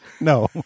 No